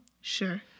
sure